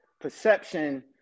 perception